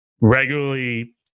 regularly